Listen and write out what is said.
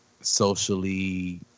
Socially